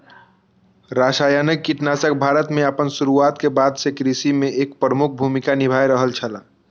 रासायनिक कीटनाशक भारत में आपन शुरुआत के बाद से कृषि में एक प्रमुख भूमिका निभाय रहल छला